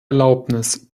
erlaubnis